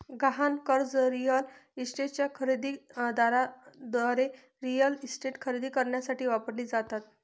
गहाण कर्जे रिअल इस्टेटच्या खरेदी दाराद्वारे रिअल इस्टेट खरेदी करण्यासाठी वापरली जातात